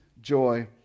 joy